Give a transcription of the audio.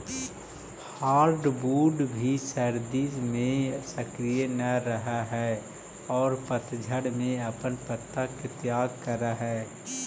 hardwood भी सर्दि में सक्रिय न रहऽ हई औउर पतझड़ में अपन पत्ता के त्याग करऽ हई